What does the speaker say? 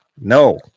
no